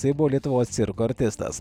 jisai buvo lietuvos cirko artistas